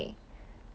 dressing up